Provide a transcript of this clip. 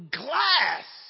glass